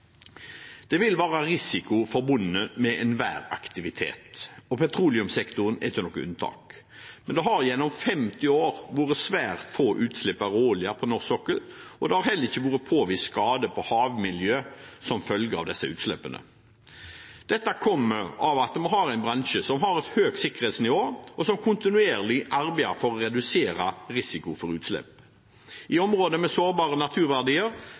Det vil være risiko forbundet med enhver aktivitet, og petroleumssektoren er ikke noe unntak. Men det har gjennom 50 år vært svært få utslipp av råolje på norsk sokkel, og det har heller ikke vært påvist skade på havmiljø som følge av disse utslippene. Dette kommer av at vi har en bransje som har et høyt sikkerhetsnivå, og som kontinuerlig arbeider for å redusere risikoen for utslipp. I områder med sårbare naturverdier